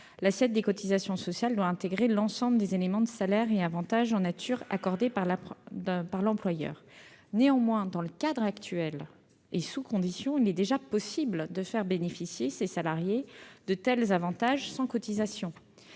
l'assiette des cotisations sociales doit intégrer l'ensemble des éléments de salaire et avantages en nature accordés par l'employeur. Néanmoins, dans le cadre actuel, il est déjà possible, sous conditions, de faire bénéficier ces salariés de tels avantages sans cotisations.